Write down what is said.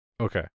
Okay